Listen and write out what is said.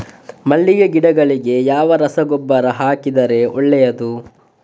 ಮಲ್ಲಿಗೆ ಗಿಡಗಳಿಗೆ ಯಾವ ರಸಗೊಬ್ಬರ ಹಾಕಿದರೆ ಒಳ್ಳೆಯದು?